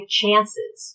chances